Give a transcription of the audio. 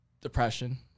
depression